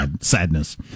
sadness